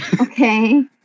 Okay